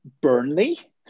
Burnley